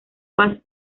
paz